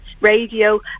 radio